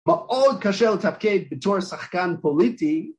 מאוד קשה לתפקד בתור שחקן פוליטי